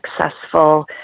successful